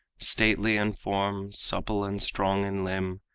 stately in form, supple and strong in limb,